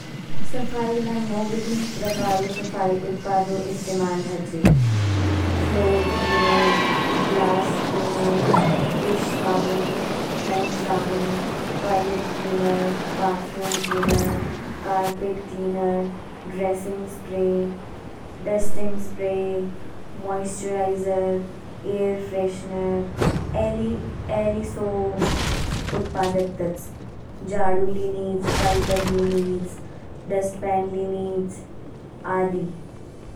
सफाई लान्नो विभिन्न प्रकारों सफ़ाई उत्पादों इस्तेमाल हचिद। Floor cleaner, glass cleaner, dish साबुन, हैंड साबुन, toilet cleaner, bathroom cleaner, carpet cleaner, dusting spray, moisturiser, air freshener ए ली सो उत्पादक तच। जाडु ली नीच, वाईपर ली नीच, डसट पैन ली नीच आदि।